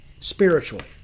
spiritually